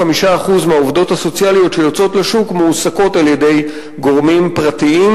75% מהעובדות הסוציאליות שיוצאות לשוק מועסקות על-ידי גורמים פרטיים,